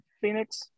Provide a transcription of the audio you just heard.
Phoenix